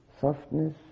softness